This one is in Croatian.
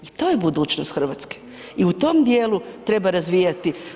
I to je budućnost Hrvatske i u tom dijelu treba razvijati.